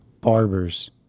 barbers